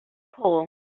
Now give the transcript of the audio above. coal